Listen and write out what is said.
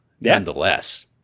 nonetheless